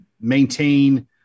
maintain